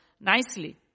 Nicely